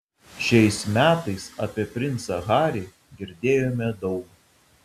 šiais metais apie princą harį girdėjome daug